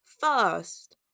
first